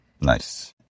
Nice